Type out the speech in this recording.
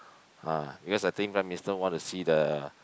ah because I think Prime Minister want to see the